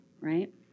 right